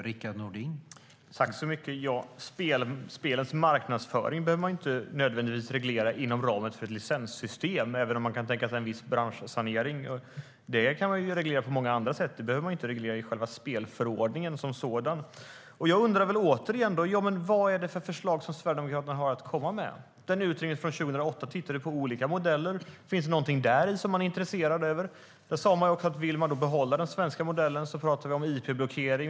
Herr ålderspresident! Spelens marknadsföring behöver man inte nödvändigtvis reglera inom ramen för ett licenssystem, även om man kan tänka sig en viss branschsanering. Det kan man reglera på många andra sätt. Man behöver inte reglera det i själva spelförordningen.I den utredningen sa man också att om vi vill behålla den svenska modellen talar vi om ip-blockering.